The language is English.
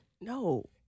no